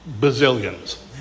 bazillions